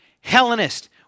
Hellenist